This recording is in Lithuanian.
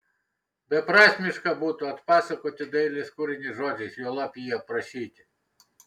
beprasmiška būtų atpasakoti dailės kūrinį žodžiais juolab jį aprašyti